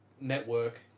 network